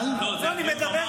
לא, זה הדיון.